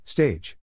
Stage